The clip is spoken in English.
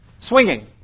swinging